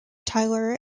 taylor